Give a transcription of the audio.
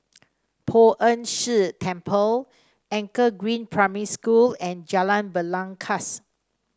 Poh Ern Shih Temple Anchor Green Primary School and Jalan Belangkas